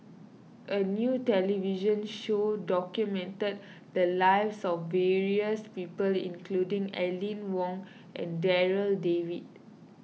a new television show documented the lives of various people including Aline Wong and Darryl David